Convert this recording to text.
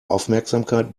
aufmerksamkeit